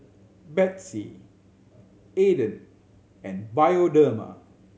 Betsy Aden and Bioderma